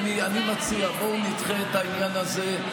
ולכן אני מציע, בואו נדחה את העניין הזה.